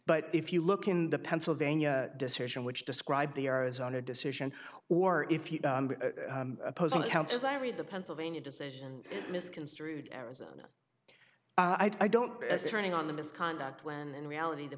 but if you look in the pennsylvania decision which describe the arizona decision or if you oppose an account as i read the pennsylvania decision misconstrued arizona i don't as turning on the misconduct when in reality the